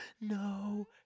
no